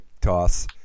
toss